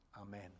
Amen